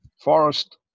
forest